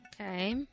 Okay